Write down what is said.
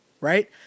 right